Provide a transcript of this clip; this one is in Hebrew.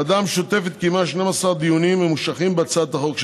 הוועדה המשותפת קיימה 12 דיונים ממושכים בהצעת החוק,